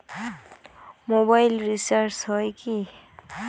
Mobile recharge হয় কি?